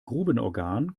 grubenorgan